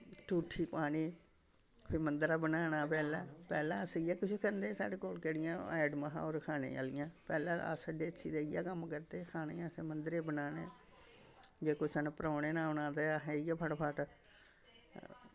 ठूठी पानी फिर मंद्दरा बनाना पैह्लें पैह्लें अस इ'यै किश खंदे साढ़े कोल केह्ड़ियां आइटमां हां होर खाने आह्लियां पैह्लें अस देसी दे इ'यै कम्म करदे हे खाने असें मंद्दरे बनाने जे कुसा ने परौह्ने ने औना ते असें इ'यै फटोफट